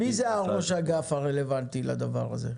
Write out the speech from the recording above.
מי ראש האגף הרלוונטי לדבר הזה?